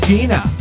Gina